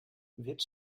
wird